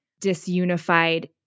disunified